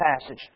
passage